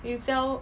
you sell